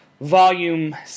Volume